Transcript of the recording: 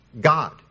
God